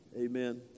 amen